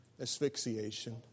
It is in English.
Asphyxiation